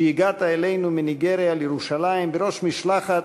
שהגעת אלינו מניגריה לירושלים בראש המשלחת.